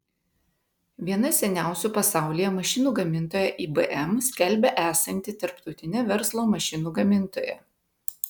viena seniausių pasaulyje mašinų gamintoja ibm skelbia esanti tarptautine verslo mašinų gamintoja